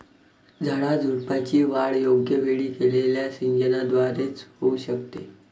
झाडाझुडपांची वाढ योग्य वेळी केलेल्या सिंचनाद्वारे च होऊ शकते